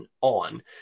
on